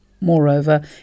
Moreover